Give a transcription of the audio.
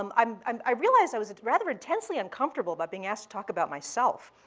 um um um i realize i was rather intensely uncomfortable about being asked to talk about myself,